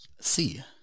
see